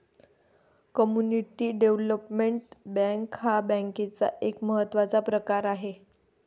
community development bank हा बँकेचा एक महत्त्वाचा प्रकार आहे